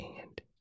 and